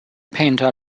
painter